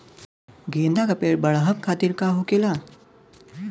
गेंदा का पेड़ बढ़अब खातिर का होखेला?